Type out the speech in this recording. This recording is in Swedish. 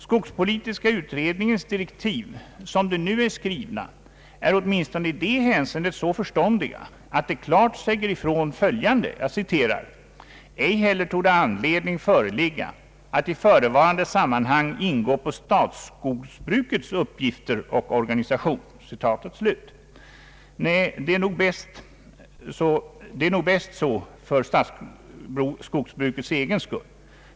Skogspolitiska utredningens direktiv som de nu är skrivna är åtminstone i det hänseendet så förståndiga att de klart säger ifrån följande: »Ej heller torde anledning föreligga att i förevarande sammanhang ingå på statsskogsbrukets uppgifter och organisation.» Nej, det är nog bäst så för statsskogsbrukets egen skull.